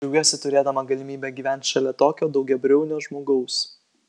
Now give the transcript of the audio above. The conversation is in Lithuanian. džiaugiuosi turėdama galimybę gyventi šalia tokio daugiabriaunio žmogaus